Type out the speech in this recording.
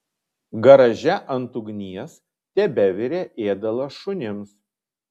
garaže ant ugnies tebevirė ėdalas šunims